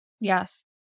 Yes